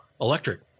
electric